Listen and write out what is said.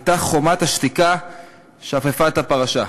הייתה חומת השתיקה שאפפה את הפרשה.